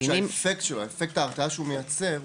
יכול להיות שאפקט ההרתעה שהוא מייצר,